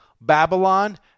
Babylon